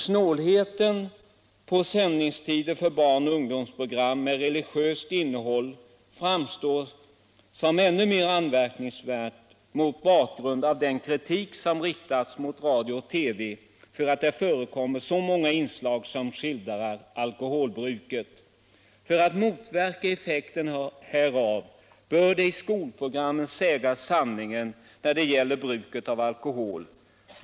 Snålheten när det gäller sändningstider för barn och ungdomsprogram med religiöst innehåll framstår som ännu mer anmärkningsvärd mot bakgrund av den kritik som riktats mot radio-TV för att det förekommer så många inslag som skildrar alkoholbruket. För att motverka effekten härav bör man i skolprogrammen säga sanningen när det gäller bruket av alkohol.